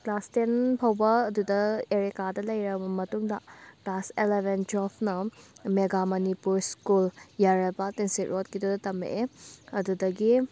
class ten ꯐꯥꯎꯕ ꯑꯗꯨꯗ ꯑꯦꯔꯦꯀꯥꯗ ꯂꯩꯔꯕ ꯃꯇꯨꯡꯗ ꯀ꯭ꯂꯥꯁ ꯑꯦꯂꯚꯦꯟ ꯇꯨꯋꯦꯜꯐꯅ ꯃꯦꯒꯥ ꯃꯅꯤꯄꯨꯔ ꯁ꯭ꯀꯨꯜ ꯌꯥꯏꯔꯜꯄꯥꯠ ꯇꯤꯟꯁꯤꯠ ꯔꯣꯠ ꯀꯤꯗꯨꯗ ꯇꯝꯃꯛꯑꯦ ꯑꯗꯨꯗꯒꯤ